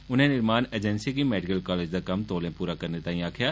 उनें निर्माण एजेंसी गी मेडिकल कालेज दा कम्म तौले पूरा करने ताईं आक्खेआ